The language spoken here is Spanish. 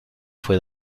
fue